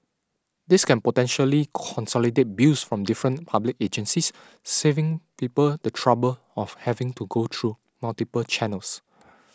this can potentially consolidate bills from different public agencies saving people the trouble of having to go through multiple channels